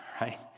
right